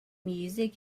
music